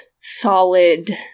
solid